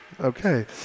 Okay